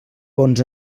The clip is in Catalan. bons